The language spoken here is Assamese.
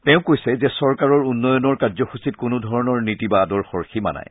তেওঁ কৈছে যে চৰকাৰৰ উন্নয়নৰ কাৰ্যসুচীত কোনোধৰণৰ নীতি বা আৰ্দশৰ সীমা নাই